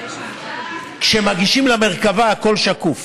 וכשמגישים למרכב"ה הכול שקוף.